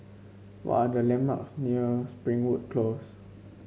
what are the landmarks near Springwood Close